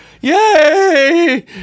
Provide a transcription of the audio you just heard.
yay